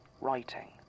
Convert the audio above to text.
writing